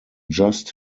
just